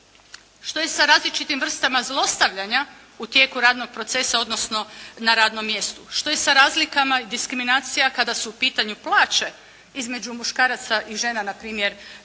Što je sa različitim vrstama zlostavljanja u tijeku radnog procesa odnosno na radnom mjestu? Što je sa razlikama diskriminacija kada su u pitanju plaće između muškaraca i žena na primjer